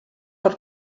per